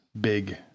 big